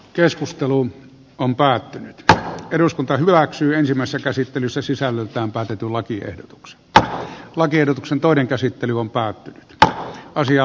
keskusteluun kompan ja eduskunta hyväksyi ensimmäisen käsittelyssä sisällöltään paistettu lakiehdotuksen että lakiehdotuksen toinen toivottavasti taksiyrittäjät itse tämän huomioivat